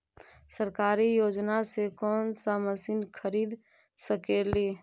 सरकारी योजना से कोन सा मशीन खरीद सकेली?